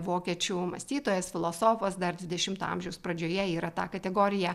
vokiečių mąstytojas filosofas dar dvidešimto amžiaus pradžioje yra tą kategoriją